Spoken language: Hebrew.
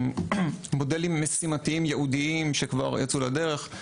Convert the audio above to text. מודלים מתמטיים יעודים שכבר יצאו לדרך,